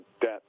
debt